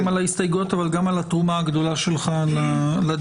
גם על ההסתייגויות וגם על התרומה הגדולה שלך לדיון